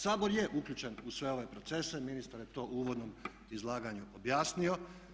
Sabor je uključen u sve ove procese, ministar je to u uvodnom izlaganju objasnio.